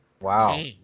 Wow